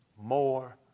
more